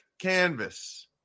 canvas